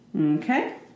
Okay